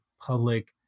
public